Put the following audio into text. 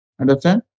Understand